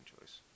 choice